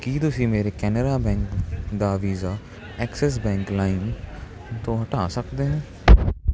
ਕੀ ਤੁਸੀਂਂ ਮੇਰੇ ਕੇਨਰਾ ਬੈਂਕ ਦਾ ਵੀਜ਼ਾ ਐਕਸਿਸ ਬੈਂਕ ਲਾਈਮ ਤੋਂ ਹਟਾ ਸਕਦੇ ਹੋ